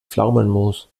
pflaumenmus